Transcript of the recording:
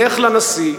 לך לנשיא,